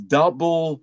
double